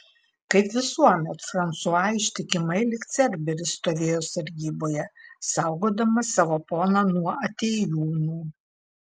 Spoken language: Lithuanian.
kaip visuomet fransua ištikimai lyg cerberis stovėjo sargyboje saugodamas savo poną nuo atėjūnų